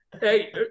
Hey